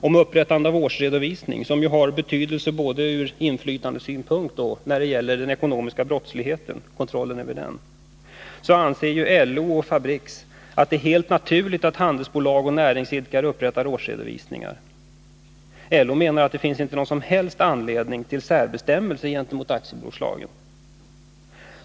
Om upprättande av årsredovisning, som ju har betydelse både ur inflytandesynpunkt och när det gäller kontrollen över den ekonomiska brottsligheten, säger både LO och Fabriks att det är helt naturligt att handelsbolag och näringsidkare upprättar årsredovisningar. LO menar att det inte finns någon som helst anledning till särbestämmelser gentemot aktiebolagslagen.